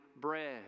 bread